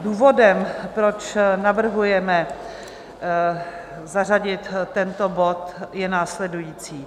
Důvodem, proč navrhujeme zařadit tento bod, je následující.